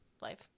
life